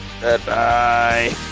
Goodbye